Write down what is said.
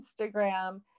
Instagram